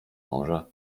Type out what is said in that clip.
może